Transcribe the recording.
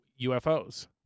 ufos